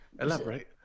Elaborate